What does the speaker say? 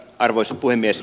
arvoisa puhemies